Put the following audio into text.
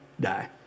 die